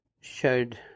showed